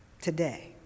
today